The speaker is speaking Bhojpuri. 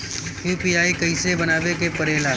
यू.पी.आई कइसे बनावे के परेला?